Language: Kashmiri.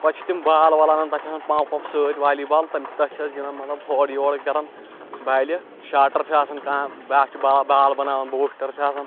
پَتہٕ چھِ تِم بال وال اَنان تَتھ چھُ آسان پَمپ وپ سۭتۍ والی بال تَتھ چھِ أسۍ گِنٛدان مطلب ہورٕ یورٕ کران بالہِ شاٹر چھِ آسان کانٛہہ بیٛاکھ چھُ بال بال بَناوان بوٗسٹر چھُ آسان